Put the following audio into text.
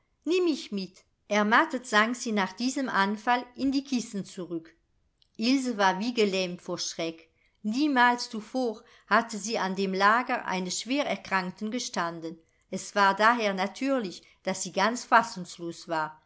nimm mich mit ermattet sank sie nach diesem anfall in die kissen zurück ilse war wie gelähmt vor schreck niemals zuvor hatte sie an dem lager eines schwererkrankten gestanden es war daher natürlich daß sie ganz fassungslos war